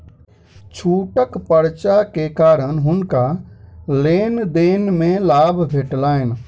छूटक पर्चा के कारण हुनका लेन देन में लाभ भेटलैन